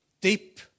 deep